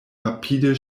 rapide